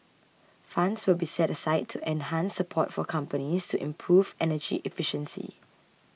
funds will be set aside to enhance support for companies to improve energy efficiency